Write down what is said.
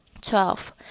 twelve